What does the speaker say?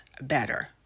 better